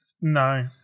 no